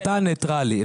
אתה ניטרלי.